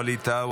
ווליד טאהא,